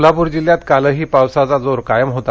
कोल्हापूर जिल्हयात कालही पावसाचा जोर कायम होता